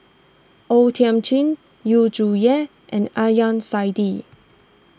O Thiam Chin Yu Zhuye and Adnan Saidi